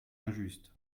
injuste